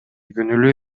күнөөлүү